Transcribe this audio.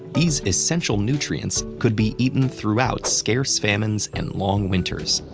these essential nutrients could be eaten throughout scarce famines and long winters.